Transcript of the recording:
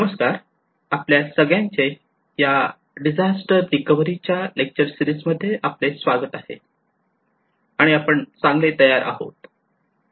नमस्कार आपल्या सगळ्यांचे या डिझास्टर रिकव्हरी च्या लेक्चर सिरीज मध्ये आपले स्वागत आहे आणि आपण चांगले तयार आहोत